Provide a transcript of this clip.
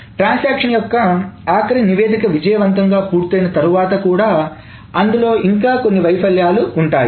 transaction యొక్క ఆఖరి నివేదిక విజయవంతంగా పూర్తయిన తర్వాత కూడా అందులో ఇంకా కొన్ని వైఫల్యాలు ఉంటాయి